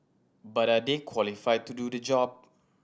but are they qualified to do the job